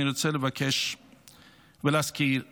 אני רוצה לבקש ולהזכיר שיש,